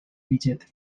billete